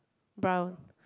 brown